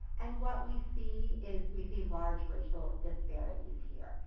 and what we see is we see large racial disparities here.